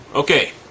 Okay